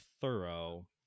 thorough